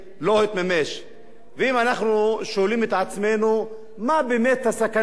אם אנחנו שואלים את עצמנו מה באמת הסכנה האמיתית לעורף,